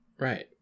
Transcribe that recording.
Right